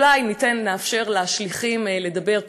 אולי נאפשר לשליחים לדבר,